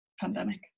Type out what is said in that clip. pandemic